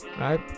right